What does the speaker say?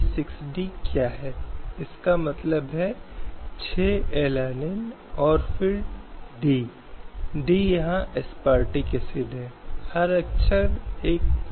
इसके लिए कोई पूर्ण समानता की बात नहीं करता है इसका मतलब यह नहीं है कि सभी कानूनों को चरित्र में सामान्य होना चाहिए या यही कानून सभी व्यक्तियों पर लागू होना चाहिए